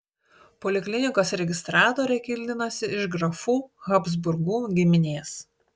poliklinikos registratorė kildinosi iš grafų habsburgų giminės